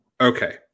Okay